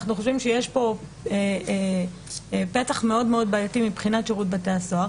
אנחנו חושבים שיש פה פתח מאוד מאוד בעייתי מבחינת שירות בתי הסוהר